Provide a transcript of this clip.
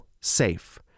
SAFE